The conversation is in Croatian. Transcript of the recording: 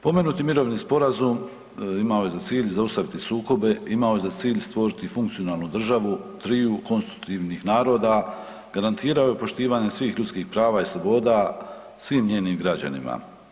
Pomenuti mirovini sporazum imao je za cilj zaustaviti sukobe, imao je za cilj stvoriti funkcionalnu državu triju konstitutivnih naroda, garantirao je poštivanje svih ljudskih prava i sloboda, svim njenim građanima.